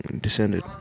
descended